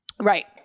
Right